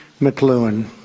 McLuhan